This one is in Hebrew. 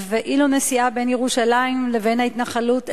ואילו נסיעה בין ירושלים לבין ההתנחלות אלון-מורה,